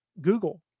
Google